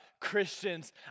Christians